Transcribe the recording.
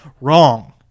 Wrong